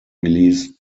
released